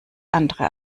andere